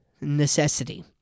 necessity